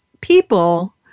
people